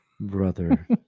brother